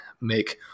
make